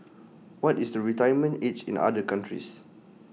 what is the retirement age in other countries